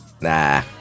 Nah